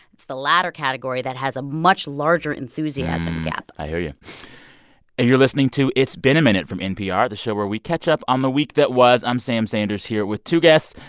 it's the latter category that has a much larger enthusiasm gap i hear you and you're listening to it's been a minute from npr, the show where we catch up on the week that was. i'm sam sanders here with two guests,